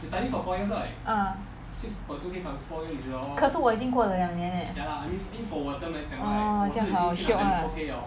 ah 可是我已经过了两年 leh orh 这样好 shiok ah